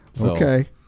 Okay